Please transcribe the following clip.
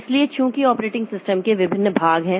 इसलिए चूंकि operating system के विभिन्न भाग हैं